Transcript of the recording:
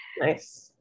Nice